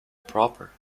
proper